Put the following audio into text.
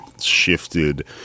shifted